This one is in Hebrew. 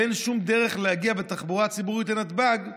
ואין שום דרך להגיע בתחבורה הציבורית לנתב"ג,